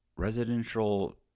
residential